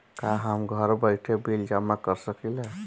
का हम घर बइठे बिल जमा कर शकिला?